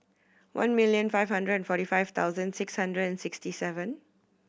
one million five hundred and forty five thousand six hundred and sixty seven